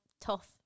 tough